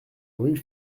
rue